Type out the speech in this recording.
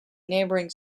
neighboring